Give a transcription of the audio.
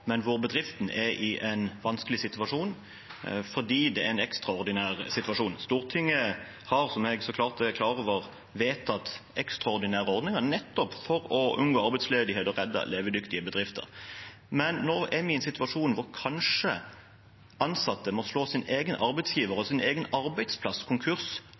men hvor bedriften er i en vanskelig situasjon – fordi det er en ekstraordinær situasjon. Stortinget har, som jeg så klart er klar over, vedtatt ekstraordinære ordninger nettopp for å unngå arbeidsledighet og redde levedyktige bedrifter. Men nå er vi i en situasjon hvor ansatte kanskje må slå sin egen arbeidsgiver